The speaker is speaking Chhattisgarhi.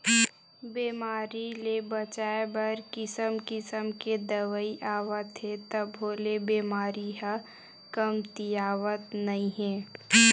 बेमारी ले बचाए बर किसम किसम के दवई आवत हे तभो ले बेमारी ह कमतीयावतन नइ हे